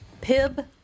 Pib